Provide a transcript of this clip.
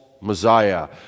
Messiah